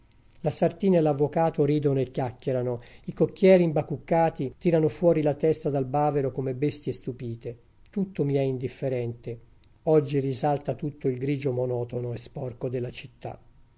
la sartina e l'avvocato ridono e chiacchierano i cocchieri imbacuccati tirano fuori la testa dal bavero come bestie stupite tutto mi è indifferente oggi risalta tutto il grigio monotono e sporco della città